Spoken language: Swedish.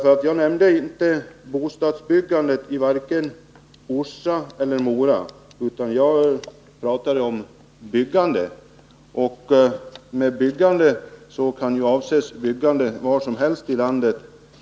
Jag nämnde nämligen inte bostadsbyggandet i vare sig Orsa eller Mora, utan jag talade om byggandet som sådant. Därmed kan ju avses byggande var som helst i landet.